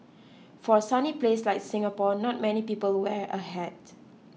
for a sunny place like Singapore not many people wear a hat